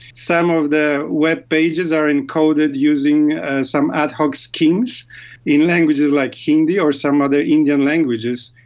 some of the webpages are encoded using and some ad hoc schemes in languages like hindi or some other indian languages.